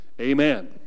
Amen